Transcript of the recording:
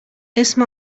اسم